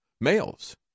males